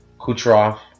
Kucherov